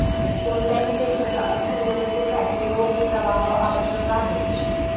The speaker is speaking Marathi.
कोणत्याही देशाच्या अर्थव्यवस्थेसाठी रोख प्रवाह आवश्यक आहे